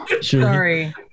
Sorry